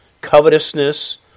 covetousness